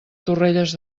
torrelles